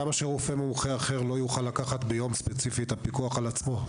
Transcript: אבל למה שרופא מומחה אחר לא יוכל לקחת ביום ספציפי את הפיקוח על עצמו?